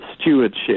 stewardship